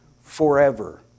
forever